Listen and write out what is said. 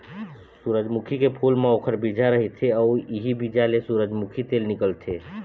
सूरजमुखी के फूल म ओखर बीजा रहिथे अउ इहीं बीजा ले सूरजमूखी तेल निकलथे